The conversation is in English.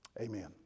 Amen